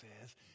says